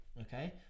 okay